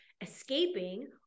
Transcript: escaping